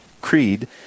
Creed